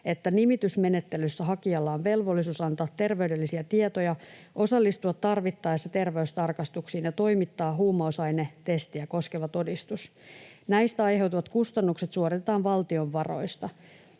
että nimitysmenettelyssä hakijalla on velvollisuus antaa terveydellisiä tietoja, osallistua tarvittaessa terveystarkastuksiin ja toimittaa huumausainetestiä koskeva todistus. Näistä aiheutuvat kustannukset suoritetaan valtion varoista.